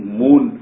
moon